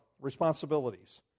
responsibilities